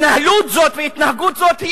התנהלות זאת והתנהגות זאת היא